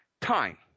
Time